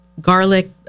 garlic